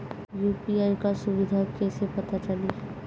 UPI क सुविधा कैसे पता चली?